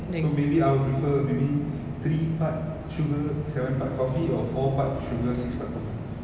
so maybe I will prefer maybe three part sugar seven part coffee or four part sugar six part coffee